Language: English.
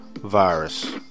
Virus